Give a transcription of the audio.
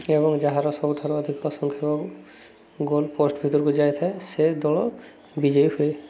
ଏବଂ ଯାହାର ସବୁଠାରୁ ଅଧିକ ସଂଖ୍ୟା ଗୋଲ୍ ପୋଷ୍ଟ୍ ଭିତରକୁ ଯାଇଥାଏ ସେ ଦଳ ବିଜୟ ହୁଏ